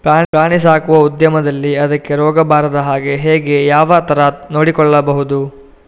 ಪ್ರಾಣಿ ಸಾಕುವ ಉದ್ಯಮದಲ್ಲಿ ಅದಕ್ಕೆ ರೋಗ ಬಾರದ ಹಾಗೆ ಹೇಗೆ ಯಾವ ತರ ನೋಡಿಕೊಳ್ಳಬೇಕು?